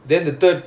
mm